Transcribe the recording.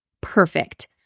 perfect